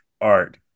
art